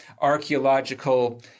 archaeological